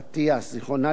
זיכרונה לברכה,